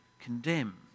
condemn